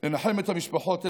לנחם את המשפחות.